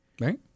Right